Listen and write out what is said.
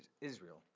Israel